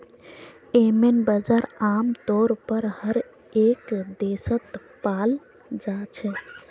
येम्मन बजार आमतौर पर हर एक देशत पाल जा छे